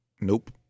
Nope